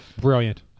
brilliant